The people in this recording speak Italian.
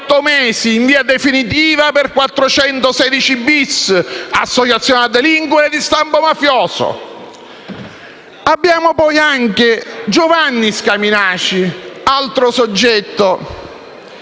Abbiamo poi anche Giovanni Scaminaci, altro soggetto